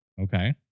Okay